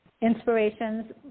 inspirations